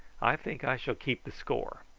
i think i shall keep the score.